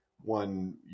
one